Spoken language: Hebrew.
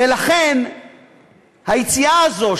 לכן היציאה הזאת,